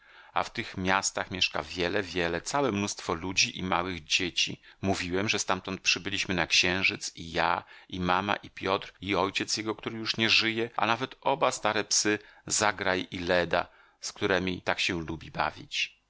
a w tych miastach mieszka wiele wiele całe mnóstwo ludzi i małych dzieci mówiłem że stamtąd przybyliśmy na księżyc i ja i mama i piotr i ojciec jego który już nie żyje a nawet oba stare psy zagraj i leda z któremi tak się lubi bawić